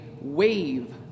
wave